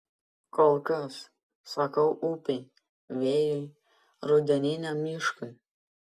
kol kas sakau upei vėjui rudeniniam miškui